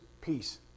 peace